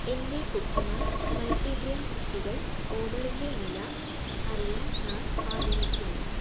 എന്റെ Cookieman multigrain കുക്കികൾ ഓർഡറിന്റെ നില അറിയാൻ ഞാൻ ആഗ്രഹിക്കുന്നു